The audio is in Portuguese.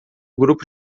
grupo